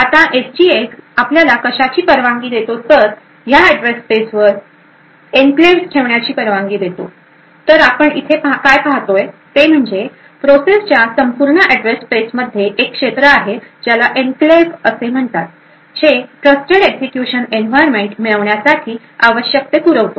आता एसजीएक्स आपल्याला कशाची परवानगी देतो तर या अॅड्रेस स्पेसवर एन्क्लेव्ह्ज ठेवण्याची परवानगी देतो तर आपण इथे काय पाहतोय ते म्हणजे प्रोसेस च्या संपूर्ण अॅड्रेस स्पेसमध्ये एक क्षेत्र आहे ज्याला एन्क्लेव असे म्हणतात जे ट्रस्टेड एक्झिक्युशन एन्व्हायरमेंट मिळवण्यासाठी आवश्यक ते पुरवतो